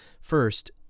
First